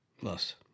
Plus